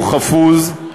הוא חפוז,